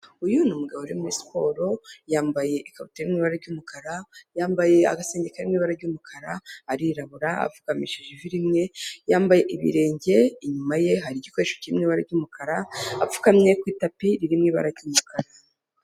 Uyu ni umugabo uri muri siporo, yambaye ikabutura iri mu ibara ry'umukara, yambaye agasengeri kari mu ibara ry'umukara, arirabura, apfukamishije ivi rimwe, yambaye ibirenge, inyuma ye hari igikoresho kiri mu ibara ry'umukara, apfukamye ku itapi iri mu ibara ry'umukara.